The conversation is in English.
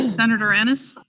senator ennis?